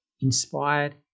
inspired